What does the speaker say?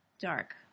Dark